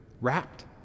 wrapped